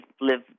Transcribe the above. live